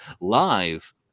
live